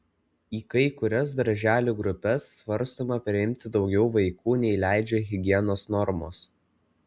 į kai kurias darželių grupes svarstoma priimti daugiau vaikų nei leidžia higienos normos